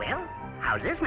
well there's